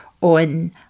on